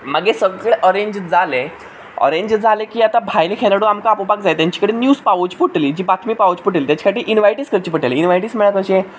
मागीर सगळें अरेंज जालें अरेंज जालें की आतां भायले खेळाडू आमकां आपोवपाक जाय तेंचेकडेन न्यूज पावोवची पडटली हेची बातमी पावोवची पडटली तेचे खातीर इन्वायटीज करचीं पडटलीं इन्वायटीज म्हळ्यार कशे